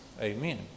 Amen